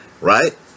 right